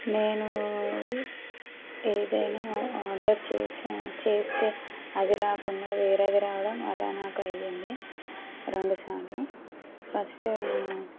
నేను ఏదైనా ఆర్డర్ చేసా చేస్తే అది రాకుండా వేరేది రావడం అలా నాకు అయ్యింది రెండుసార్లు ఫస్ట్